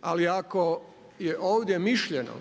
Ali ako je ovdje mišljeno